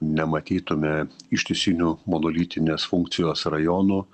nematytume ištisinių monolitinės funkcijos rajonų